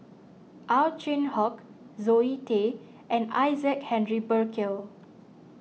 Ow Chin Hock Zoe Tay and Isaac Henry Burkill